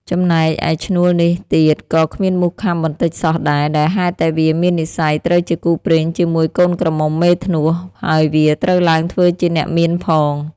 ចំណែកឯឈ្នួលនេះទៀត ក៏គ្មានមូសខាំបន្តិចសោះដែរ ដោយហេតុតែវាមាននិស្ស័យត្រូវជាគូព្រេងជាមួយកូនក្រមុំមេធ្នស់ ហើយវាត្រូវឡើងធ្វើជាអ្នកមានផង។